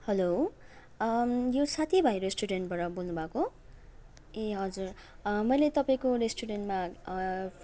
hello यो साथी भाइ रेस्टुरेन्टबाट बोल्नु भएको ए हजुर मैले तपाईँको रेस्टुरेन्टमा